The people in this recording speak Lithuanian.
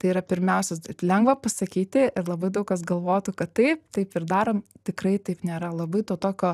tai yra pirmiausias dal lengva pasakyti ir labai daug kas galvotų kad taip taip ir darom tikrai taip nėra labai to tokio